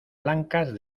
blancas